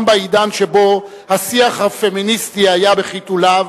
גם בעידן שבו השיח הפמיניסטי היה בחיתוליו,